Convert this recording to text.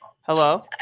Hello